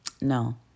No